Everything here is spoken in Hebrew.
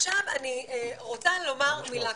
עכשיו אני רוצה לומר מילה.